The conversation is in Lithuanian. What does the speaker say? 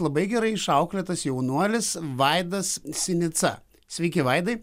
labai gerai išauklėtas jaunuolis vaidas sinica sveiki vaidai